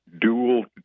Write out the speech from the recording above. dual